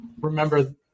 remember